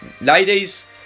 ladies